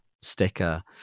sticker